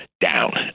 down